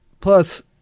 plus